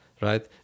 right